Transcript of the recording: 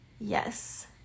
Yes